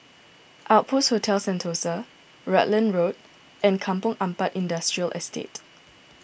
Outpost Hotel Sentosa Rutland Road and Kampong Ampat Industrial Estate